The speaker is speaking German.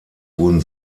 wurden